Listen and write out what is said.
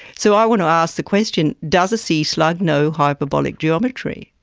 so i want to ask the question does a sea slug know hyperbolic geometry?